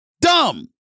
Dumb